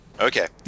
okay